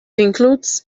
includes